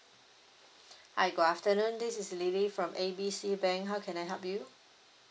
hi good afternoon this is lily from A B C bank how can I help you